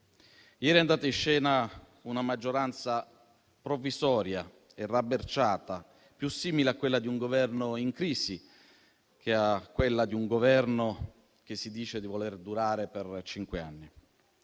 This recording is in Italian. Ieri è andata in scena una maggioranza provvisoria e rabberciata, più simile a quella di un Governo in crisi che a quella di un Governo che dice di voler durare per cinque anni.